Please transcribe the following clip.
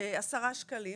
עשרה שקלים,